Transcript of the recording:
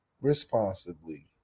responsibly